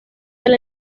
del